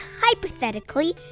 hypothetically